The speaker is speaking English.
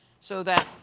so that